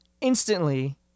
Instantly